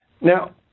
Now